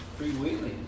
freewheeling